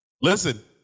Listen